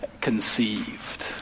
conceived